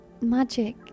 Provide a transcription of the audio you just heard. magic